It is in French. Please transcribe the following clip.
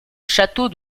château